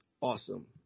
awesome